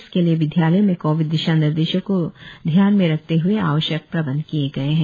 इसके लिए विद्यालयों में कोविड दिशानिर्देशों को को ध्यान में रखते हए आवश्यक प्रबंध किए गए है